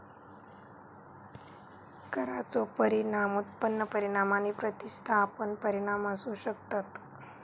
करांचो परिणाम उत्पन्न परिणाम आणि प्रतिस्थापन परिणाम असू शकतत